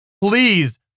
Please